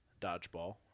dodgeball